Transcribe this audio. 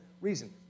reason